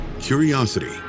curiosity